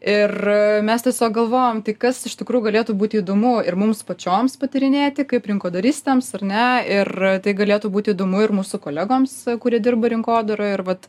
ir mes tiesiog galvojam tai kas iš tikrųjų galėtų būti įdomu ir mums pačioms patyrinėti kaip rinkodaristėms ar ne ir tai galėtų būti įdomu ir mūsų kolegoms kurie dirba rinkodaroj ir vat